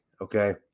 Okay